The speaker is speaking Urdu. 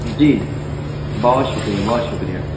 جی بہت شکریہ بہت شکریہ